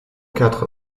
quatre